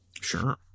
sure